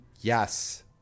Yes